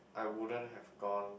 I wouldn't have gone